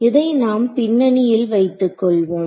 இதை நாம் பின்னணியில் வைத்துக் கொள்வோம்